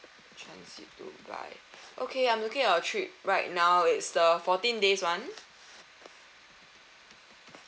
transit dubai okay I'm looking at your trip right now it's the fourteen days [one]